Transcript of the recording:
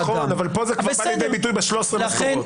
זה נכון, אבל פה זה כבר לידי ביטוי ב-13 משכורות.